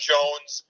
Jones